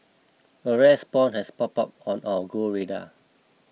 a rare spawn has popped up on our Go radar